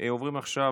אנחנו עוברים עכשיו,